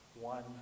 one